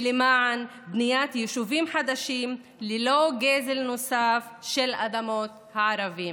למען בניית יישובים חדשים ללא גזל נוסף של אדמות הערבים.